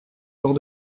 hors